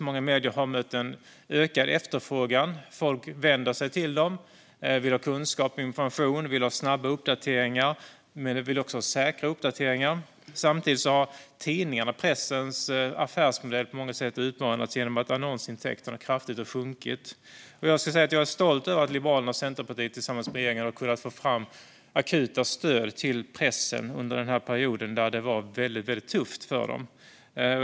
Många medier har mött en ökad efterfrågan; folk vänder sig till dem och vill ha kunskap och information. De vill ha snabba uppdateringar, men de vill också ha säkra uppdateringar. Samtidigt har pressens affärsmodell på många sätt utmanats genom att annonsintäkterna har sjunkit kraftigt. Jag måste säga att jag är stolt över att Liberalerna och Centerpartiet tillsammans med regeringen har kunnat få fram akuta stöd till pressen under den här perioden när det har varit väldigt tufft.